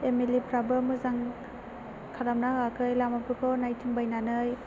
M L A फ्राबो मोजां खालामना होयाखै लामाफोरखौ नायथिं बायनानै